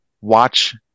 watch